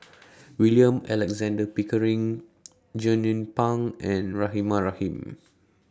William Alexander Pickering Jernnine Pang and Rahimah Rahim